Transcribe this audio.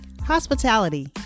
hospitality